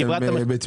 ה-20%